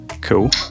cool